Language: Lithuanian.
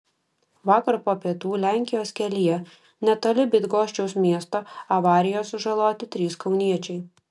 vakar po pietų lenkijos kelyje netoli bydgoščiaus miesto avarijoje sužaloti trys kauniečiai